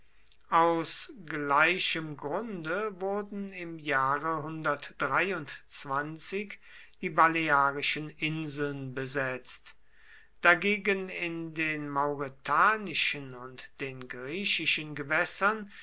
aus gleichem grunde wurden im jahre die balearischen inseln besetzt dagegen in den mauretanischen und den griechischen gewässern